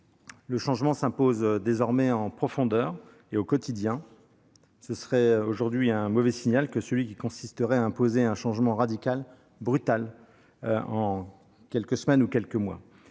Le changement s'impose désormais en profondeur et au quotidien. Ce serait un mauvais signal que celui qui consisterait à imposer un changement radical, brutal, en quelques semaines ou quelques mois.